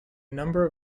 number